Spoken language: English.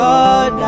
God